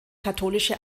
katholische